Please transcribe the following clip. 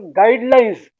guidelines